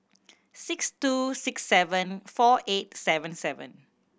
six two six seven four eight seven seven